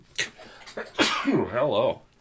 Hello